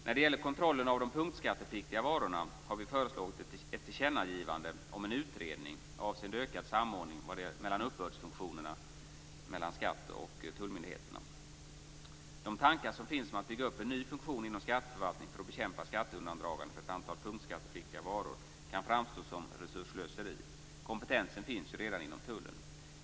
När det gäller kontrollen av punktskattepliktiga varor har vi föreslagit ett tillkännagivande om en utredning avseende ökad samordning av uppbördsfunktionerna mellan skatte och tullmyndigheterna. De tankar som finns om att bygga upp en ny funktion inom skatteförvaltningen för att bekämpa skatteundandragande för ett antal punktskattepliktiga varor kan framstå som resursslöseri. Kompetensen finns redan inom tullen.